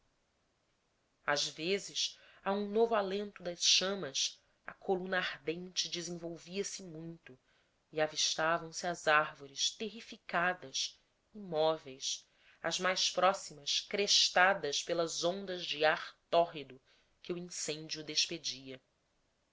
às vezes a um novo alento das chamas a coluna ardente desenvolvia se muito e avistavam-se as árvores terrificadas imóveis as mais próximas crestadas pelas ondas de ar tórrido que o incêndio despedia